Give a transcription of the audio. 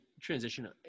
transition